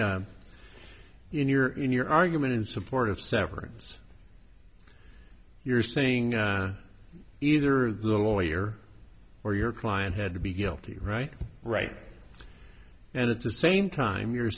the in your in your argument in support of severance you're saying either the lawyer or your client had to be guilty right right and it's the same time you're